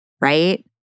right